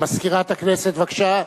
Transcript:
מזכירת הכנסת, בבקשה.